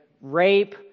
rape